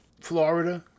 Florida